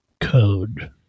code